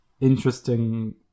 interesting